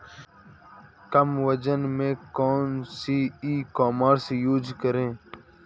कम budget में कौन सी ई कॉमर्स यूज़ करें?